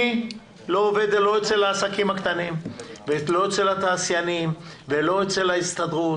אני לא עובד לא אצל העסקים הקטנים ולא אצל התעשיינים ולא אצל ההסתדרות.